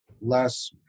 less